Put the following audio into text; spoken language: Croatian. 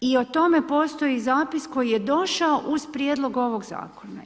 I o tome postoji zapis koji je došao uz prijedlog ovog zakona.